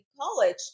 college